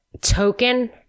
token